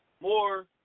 more